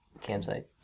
Campsite